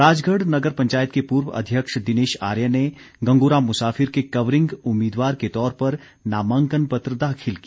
राजगढ़ नगर पंचायत के पूर्व अध्यक्ष दिनेश आर्य ने गंगूराम मुसाफिर के कवरिंग उम्मीदवार के तौर पर नामांकन पत्र दाखिल किया